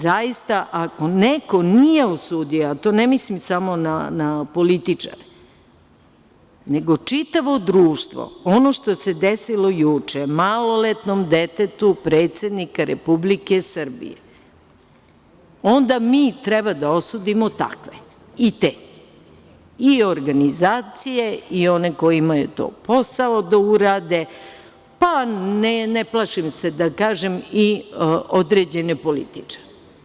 Zaista, ako neko nije osudio, a ne mislim samo na političare, nego čitavo društvo, ono što se desilo juče maloletnom detetu predsednika Republike Srbije, onda mi treba da osudimo takve i te, i organizacije i one kojima je to posao da urade, pa, ne plašim se da kažem, i određene političare.